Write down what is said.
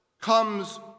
comes